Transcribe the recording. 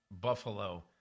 Buffalo